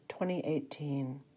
2018